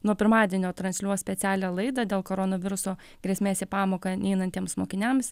nuo pirmadienio transliuos specialią laidą dėl koronaviruso grėsmės į pamoką neinantiems mokiniams